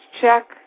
check